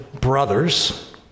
brothers